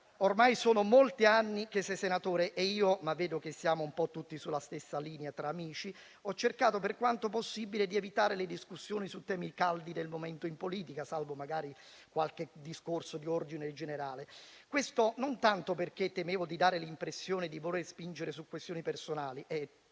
ormai sono molti anni che sei senatore e io (ma vedo che siamo un po' tutti sulla stessa linea tra amici) ho cercato, per quanto possibile, di evitare le discussioni su temi caldi del momento in politica, salvo magari qualche discorso di ordine generale. Questo non tanto perché temevo di dare l'impressione di voler spingere su questioni personali (è